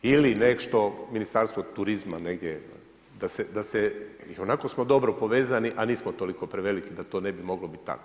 Ili nešto Ministarstvo turizma negdje da se, ionako smo dobro povezani, a nismo toliko preveliki da to ne bi moglo bit tako.